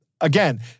again